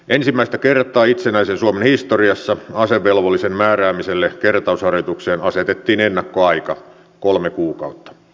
ensimmäistä kertaa itsenäisen suomen historiassa asevelvollisen määräämiselle kertausharjoitukseen asetettiin ennakkoaika kolme kuukautta